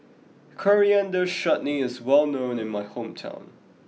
Coriander Chutney is well known in my hometown